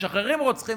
משחררים רוצחים,